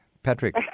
Patrick